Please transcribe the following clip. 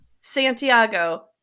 Santiago